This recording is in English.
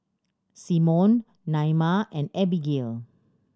Symone Naima and Abigail